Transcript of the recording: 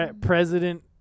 President